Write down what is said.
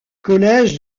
collège